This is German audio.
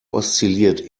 oszilliert